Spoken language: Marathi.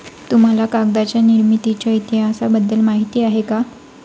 तुम्हाला कागदाच्या निर्मितीच्या इतिहासाबद्दल माहिती आहे का?